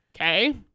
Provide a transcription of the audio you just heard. Okay